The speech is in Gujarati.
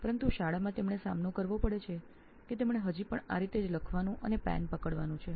પરંતુ શાળામાં તેઓની સમસ્યા છે કે હજી પણ તેમણે આ રીતે કલમ પકડીને લખવાનું છે